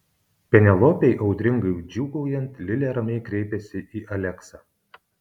penelopei audringai džiūgaujant lilė ramiai kreipėsi į aleksą